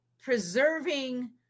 preserving